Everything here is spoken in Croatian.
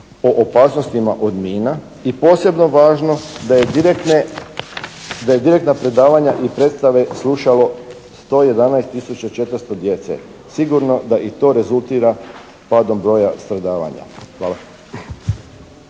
o opasnostima od mina i posebno važno da je direktna predavanja i … slušalo 111 tisuća 400 djece. Sigurno da i to rezultira padom broja stradavanja. Hvala.